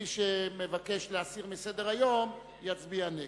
מי שמבקש להסיר מסדר-היום יצביע נגד.